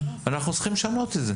אבל אנחנו צריכים לשנות את זה.